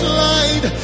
light